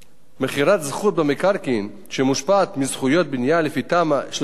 מכירת זכות במקרקעין שמושפעת מזכויות בנייה לפי תמ"א 38/2